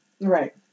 Right